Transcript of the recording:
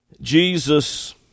Jesus